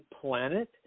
planet